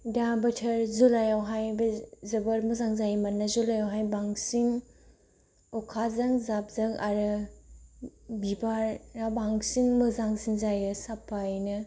दा बोथोर जुलाइयावहाय बे जोबोर मोजां जायो मानोना जुलाइयावहाय बांसिन अखाजों जाबजों आरो बिबारा बांसिन मोजांसिन जायो साफायैनो